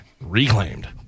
reclaimed